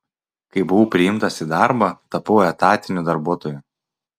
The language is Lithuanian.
kai buvau priimtas į darbą tapau etatiniu darbuotoju